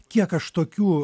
kiek aš tokių